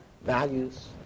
values